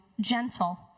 gentle